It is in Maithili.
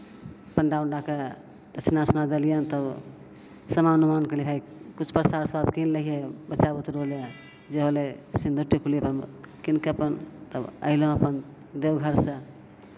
पण्डा उण्डाकेँ दक्षिणा उक्षिणा देलियनि तब सामान उमान कहलियै हइ किछु प्रसाद उरसाद कीन लै हियै बच्चा बुतरू लेल जे होलै सिन्दूर टिकुली हम कीनि कऽ अपन तब अयलहुँ अपन देवघरसँ